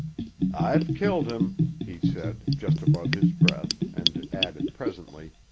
i've killed him! he said, just above his breath, and added presently,